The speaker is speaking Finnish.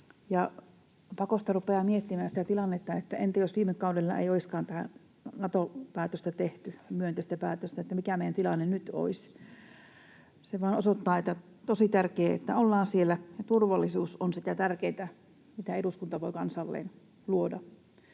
Pakosta rupeaa miettimään sitä tilannetta, että entä jos viime kaudella ei olisikaan tehty tätä myönteistä Nato-päätöstä: mikä meidän tilanne nyt olisi? Se vain osoittaa, että on tosi tärkeää, että ollaan siellä. Turvallisuus on sitä tärkeintä, mitä eduskunta voi kansalleen luoda,